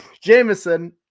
Jameson